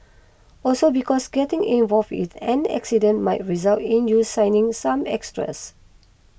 also because getting involved in an accident might result in you signing some extras